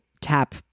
tap